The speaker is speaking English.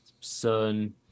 Sun